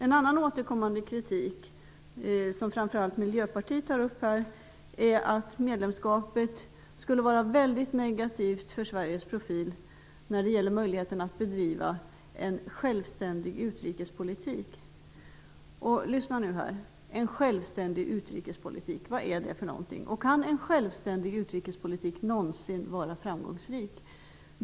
En annan återkommande kritik som framför allt Miljöpartiet tar upp är att medlemskapet skulle vara mycket negativt för Sveriges profil när det gäller möjligheten att bedriva en självständig utrikespolitik. Men jag ber kammaren att lyssna på detta: En självständig utrikespolitik. Vad är det? Kan en självständig utrikespolitik någonsin vara framgångsrik?